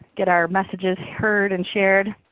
get our messages heard and shared.